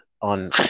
on